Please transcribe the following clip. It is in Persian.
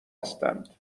هستند